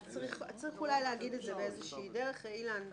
צריך אולי להגיד את זה באיזושהי דרך, אילן.